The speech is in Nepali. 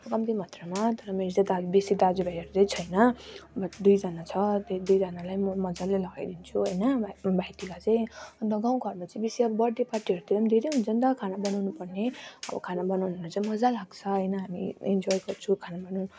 कम्ती मात्रमा तर मेरो चाहिँ दा बेसी दाजु भाइहरू चाहिँ छैन अब दुइजना छ त्यही दुइजनालाई म मजाले लगाइदिन्छु होइन भाइ भाइटिका चाहिँ अन्त गाउँघरमा चाहिँ बेसी अब बर्थ डे पार्टीहरूतिर धेरै हुन्छ नि त खाना बनाउनु पर्ने अब खाना बनाउनु भन्दा चाहिँ मजा लाग्छ होइन हामी इन्जोय गर्छु खाना बनाउन